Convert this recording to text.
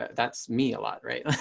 that's me a lot. right.